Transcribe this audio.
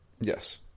yes